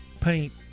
Paint